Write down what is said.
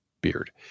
beard